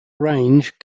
range